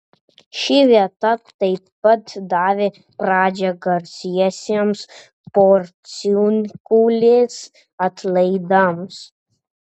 ši vieta tai pat davė pradžią garsiesiems porciunkulės atlaidams